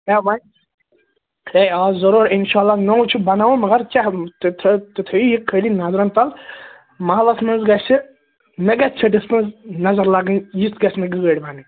ہے وۅنۍ ہے آ ضروٗر اِنشاؤ اللہ نوٚو چھُ بَناوُن مگر کیٛاہ تُہۍ تھٲ تُہۍ تھٲوِو یہِ خٲلی نَظرَن تَل مَحلَس مَنٛز گَژھِ مےٚ گَژھِ ژھوٚٹِس مَنٛز نَظَر لَگٕنۍ یِژھ گَژھِ مےٚ گٲڑۍ بَنٕنۍ